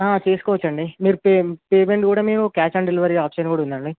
తీసుకోవచ్చండి మీరు pay payment కూడా మీరు క్యాష్ ఆన్ డెలివరీ ఆప్షన్ కూడా ఉందండి